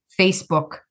Facebook